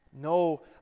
No